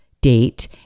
date